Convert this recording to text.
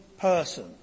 person